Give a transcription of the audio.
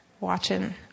Watching